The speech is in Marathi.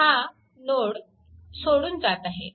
हा नोड सोडून जात आहे